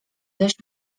dość